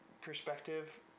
perspective